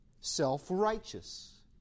self-righteous